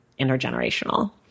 intergenerational